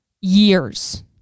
years